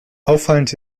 auffallend